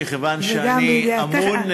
מכיוון שאני אמון,